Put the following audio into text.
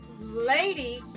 lady